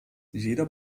jeder